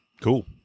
cool